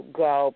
go